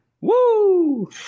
Woo